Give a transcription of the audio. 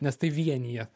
nes tai vienija